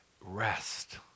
rest